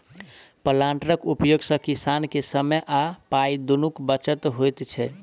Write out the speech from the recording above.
प्लांटरक उपयोग सॅ किसान के समय आ पाइ दुनूक बचत होइत छै